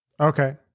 Okay